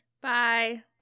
Bye